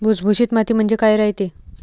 भुसभुशीत माती म्हणजे काय रायते?